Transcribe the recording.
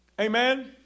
Amen